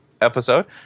episode